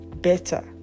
better